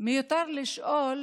מיותר לשאול